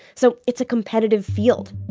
so it's a competitive field.